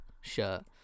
shirt